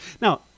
Now